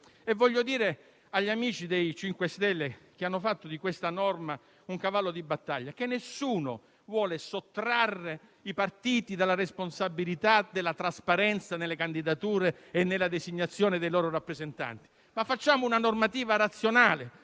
anche dire agli amici dei 5 Stelle, che hanno fatto di questa norma un cavallo di battaglia, che nessuno vuole sottrarre i partiti alla responsabilità della trasparenza nelle candidature e nella designazione dei loro rappresentanti; ma facciamo una normativa razionale,